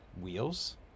wheels